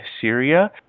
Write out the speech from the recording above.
Syria